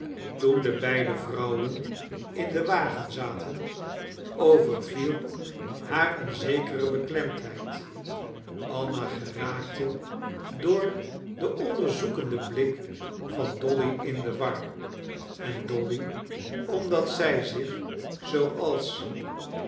toen de beide vrouwen in den wagen zaten overviel haar een zekere beklemdheid anna geraakte door den onderzoekenden blik van dolly in de war en dolly omdat zij zich zooals